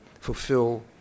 fulfill